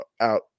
out